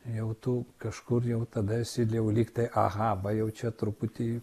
jau tu kažkur jau tada esi jau lyg tai aha va jau čia truputį